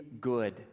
good